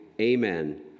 Amen